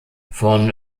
von